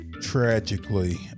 Tragically